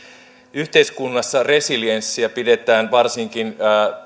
yhteiskunnassa resilienssiä pidetään varsinkin